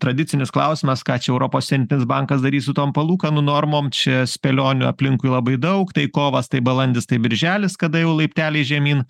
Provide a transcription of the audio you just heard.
tradicinis klausimas ką čia europos centrinis bankas darys su tom palūkanų normoms čia spėlionių aplinkui labai daug tai kovas tai balandis tai birželis kada jau laipteliais žemyn